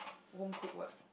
home cooked what